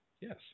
Yes